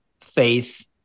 faith